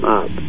up